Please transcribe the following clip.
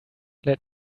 let